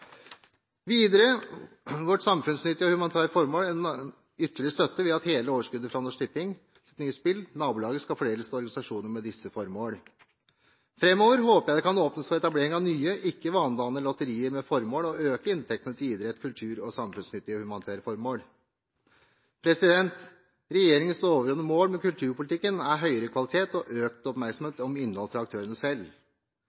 Videre får samfunnsnyttige og humanitære formål en ytterligere støtte, ved at hele overskuddet fra Norsk Tipping AS’ nye spill Nabolaget skal fordeles til organisasjoner med disse formålene. Framover håper jeg det kan åpnes for etablering av nye, ikke-vanedannende lotterier med formål om å øke inntektene til idrett, kultur og samfunnsnyttige og humanitære formål. Regjeringens overordnede mål med kulturpolitikken er høyere kvalitet og økt